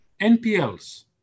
NPLs